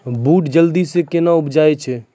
बूट जल्दी से कहना उपजाऊ छ?